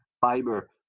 fiber